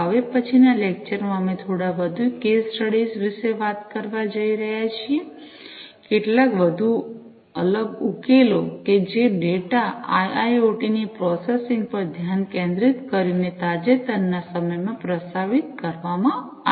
હવે પછીના લેક્ચર માં અમે થોડા વધુ કેસ સ્ટડીઝ વિશે વાત કરવા જઈ રહ્યા છીએ કેટલાક વધુ અલગ ઉકેલો કે જે ડેટા આઈઆઈઑટી ની પ્રોસેસિંગ પર ધ્યાન કેન્દ્રિત કરીને તાજેતરના સમયમાં પ્રસ્તાવિત કરવામાં આવ્યા છે